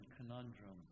conundrum